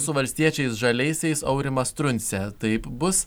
su valstiečiais žaliaisiais aurimas truncė taip bus